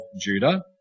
Judah